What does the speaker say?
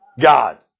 God